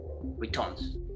returns